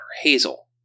Hazel